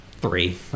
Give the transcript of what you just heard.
three